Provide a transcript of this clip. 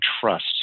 trust